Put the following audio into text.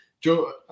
Joe